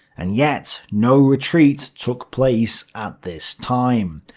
and yet, no retreat took place at this time.